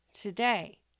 today